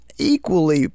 Equally